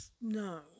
No